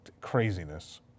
craziness